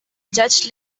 judged